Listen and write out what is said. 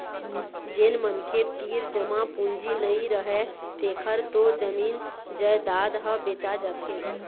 जेन मनखे तीर जमा पूंजी नइ रहय तेखर तो जमीन जयजाद ह बेचा जाथे